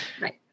Right